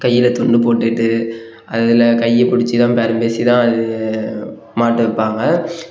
கையில் துண்டு போட்டுட்டு அதில் கையை பிடிச்சி தான் பேரம் பேசி தான் இது மாட்டை விற்பாங்க